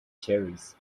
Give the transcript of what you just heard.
cherries